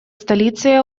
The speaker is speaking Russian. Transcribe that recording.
столицей